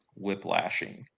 whiplashing